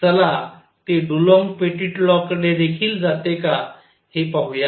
चला ते Dulong Petit law कडे देखील जाते का हे पाहूया